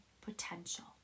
potential